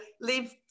leave